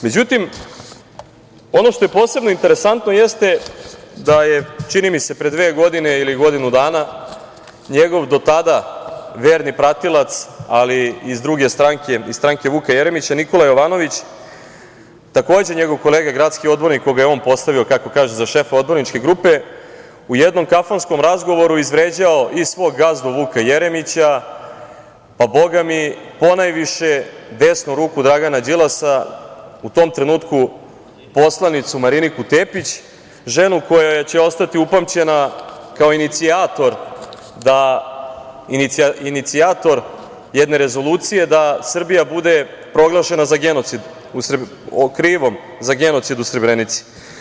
Međutim, ono što je posebno interesantno jeste da je, čini mi se, pre dve godine ili godinu dana, njegov do tada verni pratilac, ali iz druge stranke, iz stranke Vuka Jeremića, Nikola Jovanović, takođe njegov kolega gradski odbornik, koga je on postavio, kako kaže, za šefa odborničke grupe, u jednom kafanskom razgovoru izvređao i svog gazdu Vuka Jeremića, pa, Boga mi, ponajviše desnu ruku Dragana Đilasa, u tom trenutku poslanicu Mariniku Tepić, ženu koja će ostati upamćena kao inicijator jedne rezolucije da Srbija bude proglašena krivom za genocid u Srebrenici.